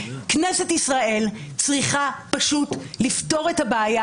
כנסת ישראל צריכה פשוט לפתור את הבעיה